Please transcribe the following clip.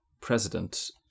President